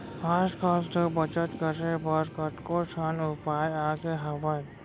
आज कल तो बचत करे बर कतको ठन उपाय आगे हावय